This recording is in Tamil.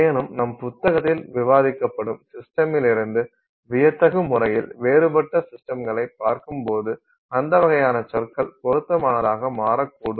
மேலும் நம் புத்தகத்தில் விவாதிக்கப்படும் சிஸ்டமிலிருந்து வியத்தகு முறையில் வேறுபட்ட சிஸ்டம்களைப் பார்க்கும்போது அந்த வகையான சொற்கள் பொருத்தமானதாக மாறக்கூடும்